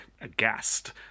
aghast